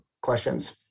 questions